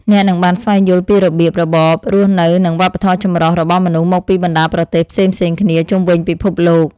អ្នកនឹងបានស្វែងយល់ពីរបៀបរបបរស់នៅនិងវប្បធម៌ចម្រុះរបស់មនុស្សមកពីបណ្តាប្រទេសផ្សេងៗគ្នាជុំវិញពិភពលោក។